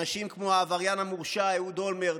אנשים כמו העבריין המורשע אהוד אולמרט,